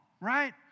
right